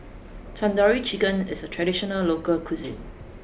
Tandoori Chicken is a traditional local cuisine